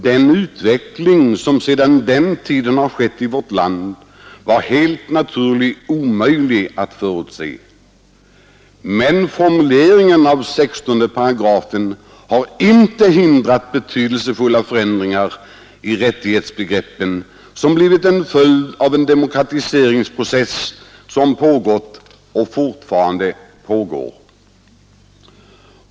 Den utveckling som skett i vårt land sedan den tiden var helt naturligt omöjlig att förutse, men formuleringen av 16 8 har inte hindrat betydelsefulla förändringar i rättighetsbegreppen, som har blivit följden av den demokratiseringsprocess som pågått och fortfarande pågår.